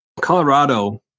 Colorado